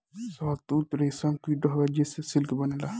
शहतूत रेशम कीट हवे जेसे सिल्क बनेला